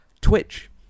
Twitch